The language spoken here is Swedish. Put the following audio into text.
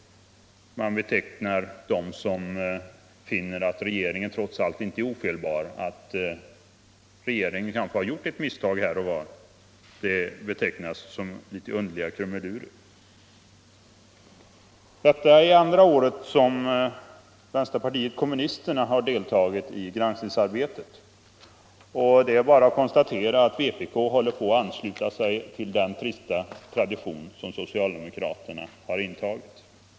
De som finner att regeringen trots allt inte är ofelbar utan kanske har gjort ett misstag här och var betecknas som litet underliga krumelurer. Detta är andra året som vänsterpartiet kommunisterna har deltagit i granskningsarbetet, och det är bara att konstatera att vpk håller på att ansluta sig till den trista tradition som socialdemokraterna har skapat.